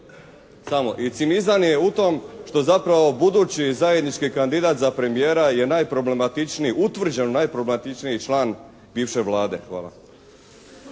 i cinizam je u tom što zapravo budući zajednički kandidat za premijera je najproblematičniji, utvrđeno najproblematičniji član bivše Vlade.